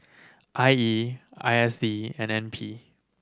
I E I S D and N P